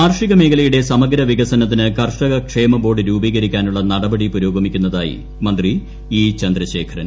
കാർഷിക മേഖലയുടെ സമഗ്ര വികസനത്തിന് കർഷക ന് ക്ഷേമ ബോർഡ് രൂപീകരിക്കാനുള്ള നടപടി പുരോഗമിക്കുന്നതായി മന്ത്രി ഇ ചന്ദ്രശേഖരൻ